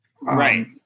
Right